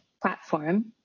platform